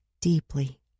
deeply